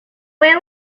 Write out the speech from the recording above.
fue